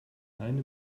eine